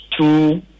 two